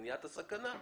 מניעת הסכנה,